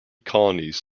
colonies